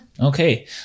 okay